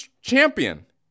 Champion